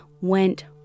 went